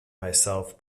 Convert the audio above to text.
myself